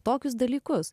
tokius dalykus